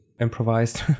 improvised